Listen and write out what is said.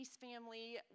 family